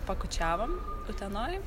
pakučiavom utenoj